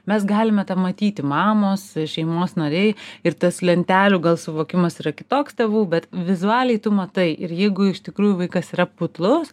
mes galime tą matyti mamos šeimos nariai ir tas lentelių gal suvokimas yra kitoks tėvų bet vizualiai tu matai ir jeigu iš tikrųjų vaikas yra putlus